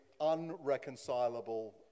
unreconcilable